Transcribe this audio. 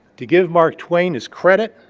to give mark twain his credit,